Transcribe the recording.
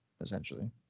essentially